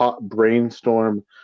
brainstorm